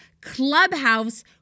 Clubhouse